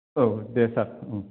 औ दे सार ओं